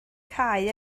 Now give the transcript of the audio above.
cau